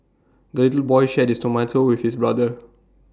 the little boy shared his tomato with his brother